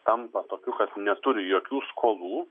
tampa tokiu kad neturi jokių skolų